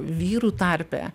vyrų tarpe